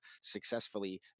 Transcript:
successfully